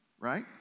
right